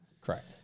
Correct